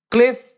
Cliff